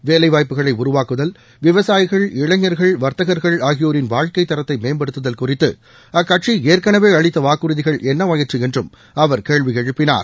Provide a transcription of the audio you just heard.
வேலைவாய்ப்புகளை உருவாக்குதல் விவசாயிகள் இளைஞர்கள் வர்த்தகர்கள் ஆகியோரின் வாழ்க்கை தரத்தை மேம்படுத்துதல் குறித்து அக்கட்சி ஏற்கனவே அளித்த வாக்குறுதிகள் என்னவாயிற்று என்றும் அவர் கேள்வி எழுப்பினார்